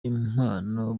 impano